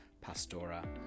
Pastora